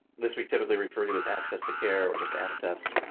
this we typically refer to as access to care or just access.